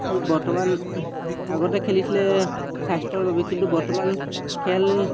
খেল বৰ্তমান আগতে খেলিছিলে স্বাস্থ্যৰ বাবে কিন্তু বৰ্তমান খেল